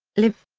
live!